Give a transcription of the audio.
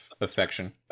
affection